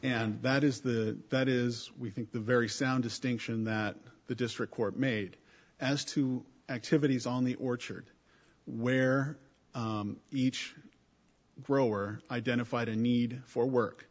and that is the that is we think the very sound distinction that the district court made as to activities on the orchard where each grower identified a need for work